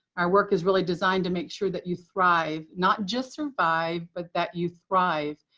our work is really designed to make sure that you thrive. not just survive, but that you thrive.